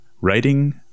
writing